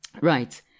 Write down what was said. right